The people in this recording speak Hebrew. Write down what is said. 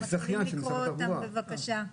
אנחנו מתחילים לקרוא אותן בבקשה.